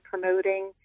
promoting